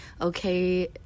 okay